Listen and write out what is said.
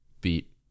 beat –